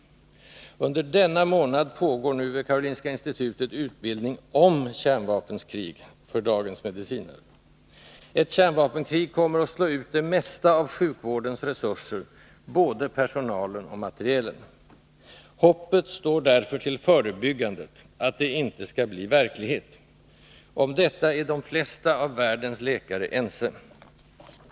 Under denna månad pågår nu vid Karolinska institutet utbildning om kärnvapenkrig för dagens medicinare. Ett kärnvapenkrig kommer att slå ut det mesta av sjukvårdens resurser, både personalen och materielen. Hoppet står därför till förebyggandet — att detinte skall bli verklighet. Om detta är de flesta av världens läkare ense.